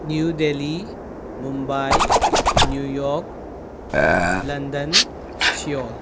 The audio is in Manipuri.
new Delhi Mumbai New York London Seoul